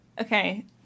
Okay